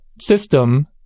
system